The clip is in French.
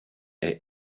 est